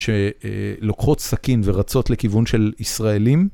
שלוקחות סכין ורצות לכיוון של ישראלים.